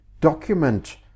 Document